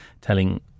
telling